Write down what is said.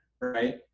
right